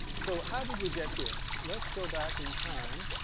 so, how did we get here? let's go back in time.